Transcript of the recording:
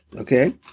Okay